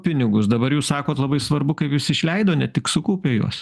pinigus dabar jūs sakot labai svarbu kaip jis išleido ne tik sukaupė juos